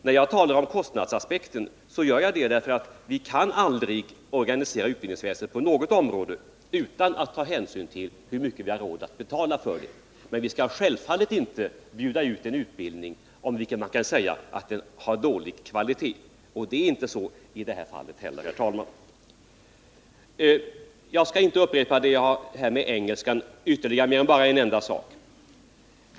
När jag talar om kostnadsaspekten beror det på att vi aldrig kan organisera utbildningsväsendet på något område utan att ta hänsyn till hur mycket vi har råd att betala. Men vi skall självfallet inte bjuda ut en utbildning, om vilken man kan säga att den är av dålig kvalitet, och det är inte så i det här fallet heller, herr talman. Jag skallinte ytterligare uppehålla mig vid frågan om engelskkunskaperna, men jag vill tillägga en enda sak.